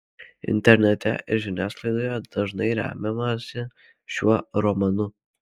internete ir žiniasklaidoje dažnai remiamasi šiuo romanu